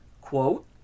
quote